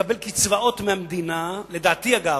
לקבל קצבאות מהמדינה, לדעתי, אגב,